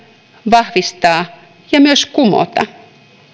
vahvistaa ja myös kumota